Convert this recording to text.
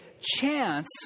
chance